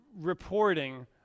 reporting